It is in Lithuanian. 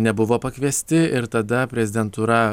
nebuvo pakviesti ir tada prezidentūra